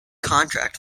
contract